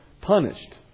punished